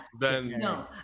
no